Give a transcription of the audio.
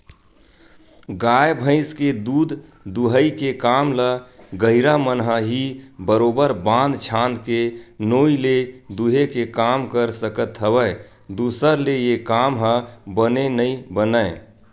गाय भइस के दूद दूहई के काम ल गहिरा मन ह ही बरोबर बांध छांद के नोई ले दूहे के काम कर सकत हवय दूसर ले ऐ काम ह बने नइ बनय